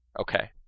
Okay